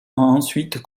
ensuite